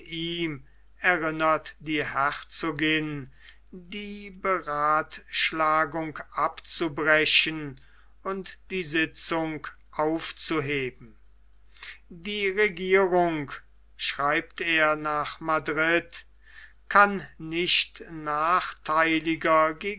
ihm erinnert die herzogin die beratschlagung abzubrechen und die sitzung aufzuheben die regierung schreibt er nach madrid kann nicht nachtheiliger